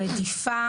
הרדיפה